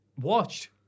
watched